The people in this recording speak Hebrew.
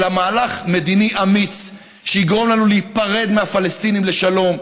אלא מהלך מדיני אמיץ שיגרום לנו להיפרד מהפלסטינים לשלום,